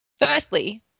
Firstly